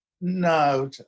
No